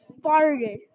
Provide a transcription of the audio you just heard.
farted